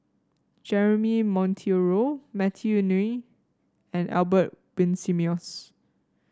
Jeremy Monteiro Matthew Ngui and Albert Winsemius